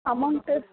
amount